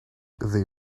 they